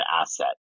asset